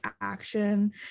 action